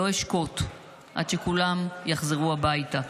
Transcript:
לא אשקוט עד שכולם יחזרו הביתה.